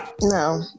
No